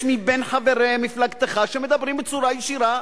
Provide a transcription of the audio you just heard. יש בין חברי מפלגתך שמדברים בצורה ישירה